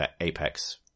Apex